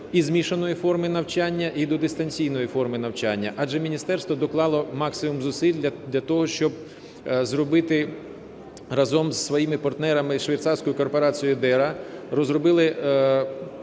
і змішаної форми навчання, і до дистанційної форми навчання, адже міністерство доклало максимум зусиль для того, щоб зробити разом зі своїми партнерами і швейцарською корпорацією EdEra, розробили